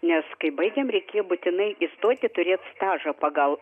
nes kai baigėm reikė būtinai įstoti turėt stažą pagal